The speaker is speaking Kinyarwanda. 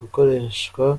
gukoreshwa